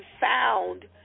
found